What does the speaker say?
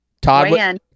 Todd